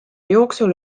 jooksul